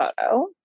photo